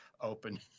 open